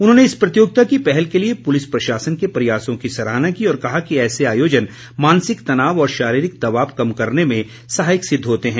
उन्होंने इस प्रतियोगिता की पहल के लिए पुलिस प्रशासन के प्रयासों की सराहना की और कहा कि ऐसे आयोजन मानसिक तनाव और शारीरिक दबाव कम करने में सहायक सिद्ध होते हैं